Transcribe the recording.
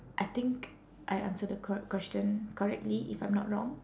I think I answer the cor~ question correctly if I'm not wrong